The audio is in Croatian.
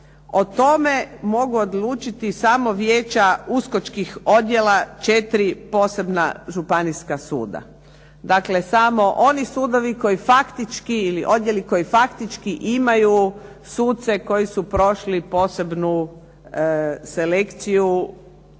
o tome mogu odlučiti samo vijeća uskočkih odjela, 4 posebna županijska suda. Dakle, samo oni sudovi koji faktički ili odjeli koji faktički imaju suce koji su prošli posebnu selekciju